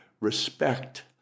respect